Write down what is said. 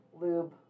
lube